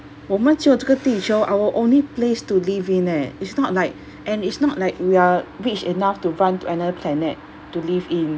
我们只有这个地球 our only place to live in eh it's not like and it's not like we're rich enough to run to another planet to live in